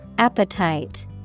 Appetite